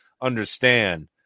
understand